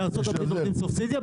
בארה"ב עושים סובסידיה?